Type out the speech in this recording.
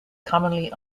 commonly